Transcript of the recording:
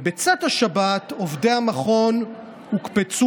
בצאת השבת עובדי המכון הוקפצו